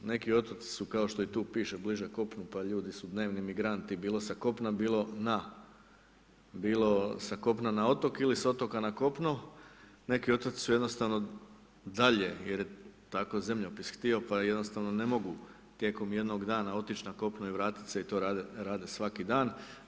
Neki otoci su kao što i tu piše bliže kopnu pa ljudi su dnevni migranti bilo sa kopna bilo na, bilo sa kopna na otok ili sa otok na kopno, neki otoci su jednostavno dalje jer je tako zemljopis htio pa jednostavno ne mogu tijekom jednog dana otić na kopno i vratit se i to rade svaki dan.